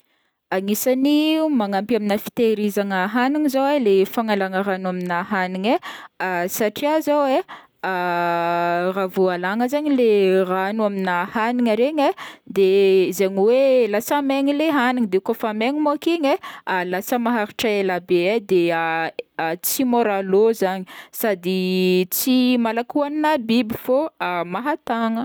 Agnisagn'ny manampy amin'ny fitehirizagna hagniny zao le fagnalana rano amina hagniny satria zao e, raha vao alana zao le rano amina hagniny regny de zegny hoe lasa megna le hagniny de kaofa megny mônko igny lasa maharitry elabe e, de tsy mora lô zagny sady tsy malaky hoagnigna biby fô mahatagna.